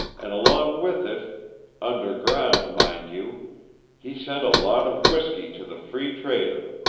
and along with it underground, mind you he sent a lot of whiskey to the free trader.